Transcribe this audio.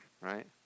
right